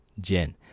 jen